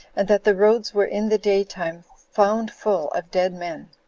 and that the roads were in the day time found full of dead men.